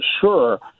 sure